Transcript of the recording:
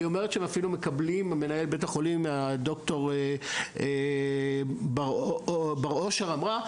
כי היא אומרת שמנהלת בית החולים ד"ר בר אושר אמרה,